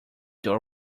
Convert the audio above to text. door